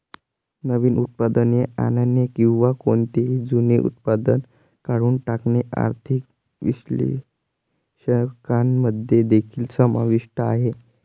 नवीन उत्पादने आणणे किंवा कोणतेही जुने उत्पादन काढून टाकणे आर्थिक विश्लेषकांमध्ये देखील समाविष्ट आहे